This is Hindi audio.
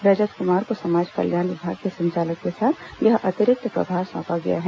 रजत कुमार को समाज कल्याण विभाग के संचालक के साथ यह अतिरिक्त प्रभार सौंपा गया है